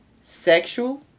sexual